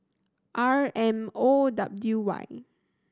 R M O W Y